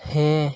ᱦᱮᱸ